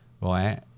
right